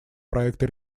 проекта